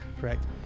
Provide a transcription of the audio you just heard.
Correct